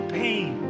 pain